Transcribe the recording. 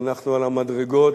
אנחנו על המדרגות,